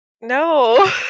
No